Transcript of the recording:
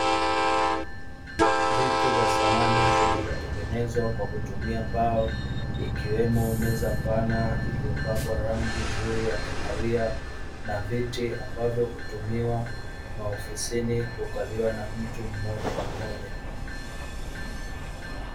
Vituo vya samani vilivyotengenezwa kwa kutumia mbao ikiwemo meza pana iliyopakwa rangi nzuri ya kahawia, na viti ambavyo hutumiwa na ofisini kwa kukaliwa na mtu mmoja mmoja.